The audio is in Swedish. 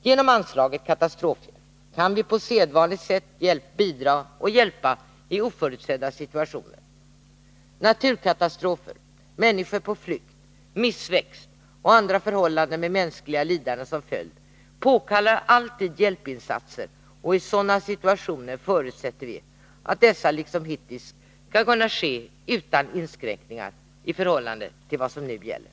Genom anslaget till katastrofhjälp kan vi på sedvanligt bete m.m. sätt bidra och hjälpa i oförutsedda situationer. Naturkatastrofer, människor på flykt, missväxt och andra förhållanden med mänskliga lidanden som följd påkallar alltid hjälpinsatser, och i sådana situationer förutsätter vi att dessa liksom hittills skall kunna ske utan inskränkningar i förhållande till vad som nu gäller.